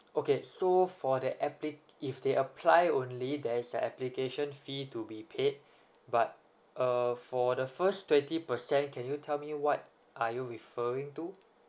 okay so for the applic~ if they apply only there's a application fee to be paid but uh for the first twenty percent can you tell me what are you referring to